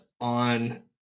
on